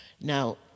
Now